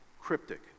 cryptic